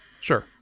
Sure